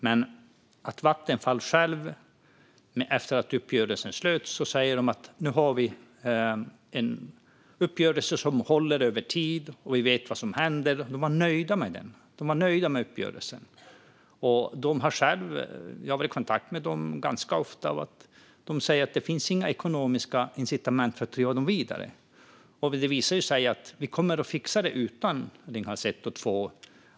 Men efter att uppgörelsen slöts har Vattenfall sagt att de nu vet att det finns en uppgörelse som håller över tid och att de vet vad som händer. De var nöjda med uppgörelsen. Jag har själv varit i kontakt med Vattenfall ganska ofta, och de säger att det inte finns några ekonomiska incitament för att driva reaktorerna vidare. Det visar sig också att vi kommer att fixa detta utan Ringhals 1 och 2.